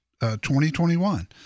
2021